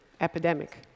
epidemic